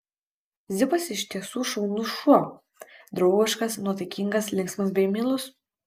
zipas iš tiesų šaunus šuo draugiškas nuotaikingas linksmas bei meilus